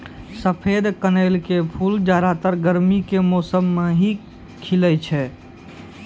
सफेद कनेल के फूल ज्यादातर गर्मी के मौसम मॅ ही खिलै छै